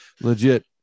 legit